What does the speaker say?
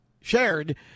shared